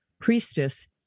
priestess